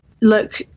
look